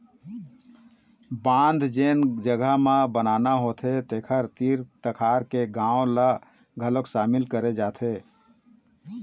बांध जेन जघा म बनाना होथे तेखर तीर तखार के गाँव ल घलोक सामिल करे जाथे